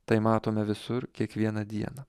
tai matome visur kiekvieną dieną